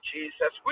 Jesus